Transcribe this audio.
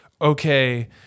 okay